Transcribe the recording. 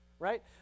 right